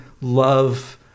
love